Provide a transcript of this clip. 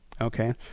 Okay